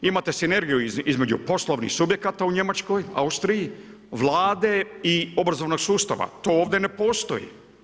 Imate sinergiju između poslovnih subjekata u Njemačkoj, Austriji, Vlade i obrazovnog sustava, to ovdje ne postoji.